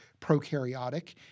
prokaryotic